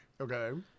okay